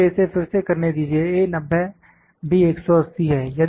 मुझे इसे फिर से करने दीजिए A 90 B 180 है